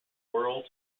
world